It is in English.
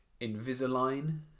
Invisalign